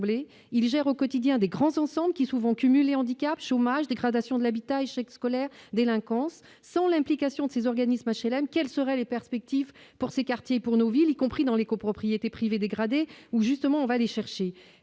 il gère au quotidien des grands ensembles qui souvent cumulé handicaps : chômage, dégradation de l'habitat, échec scolaire, délinquance sans l'implication de ces organismes HLM, quelles seraient les perspectives pour ces quartiers pour nos villes, compris dans les copropriétés privées dégradé où justement on va les chercher,